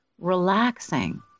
relaxing